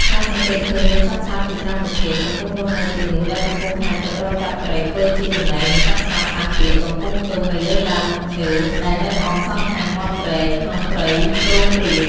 គេសង្កេតឃើញមានសត្វស្លាបជាច្រើនប្រភេទ កំពុងរស់នៅទីនោះដែលកំពុងហែលទឹករកចាប់ត្រីធ្វើជាចំណី និងសត្វស្លាបខ្លះទៀត កំពុងទុំនៅលើដើមឈើ ដែលនៅអមសងខាងមាត់ព្រែកក្នុងព្រៃព្រោងព្រាត។